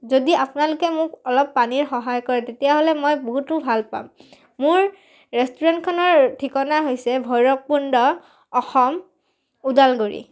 যদি আপোনালোকে মোক অলপ পানীৰ সহায় কৰে তেতিয়াহ'লে মই বহুতো ভাল পাম মোৰ ৰেষ্টুৰেণ্টখনৰ ঠিকনা হৈছে ভৈৰৱকুণ্ড অসম উদালগুৰি